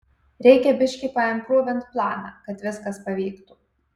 reikia biškį paimprūvint planą kad viskas pavyktų